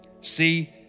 See